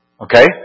Okay